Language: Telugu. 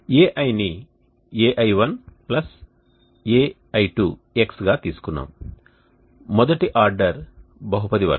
Ai ని ai1ai2x గా తీసుకున్నాము మొదటి ఆర్డర్ బహుపది వరకు